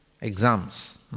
Exams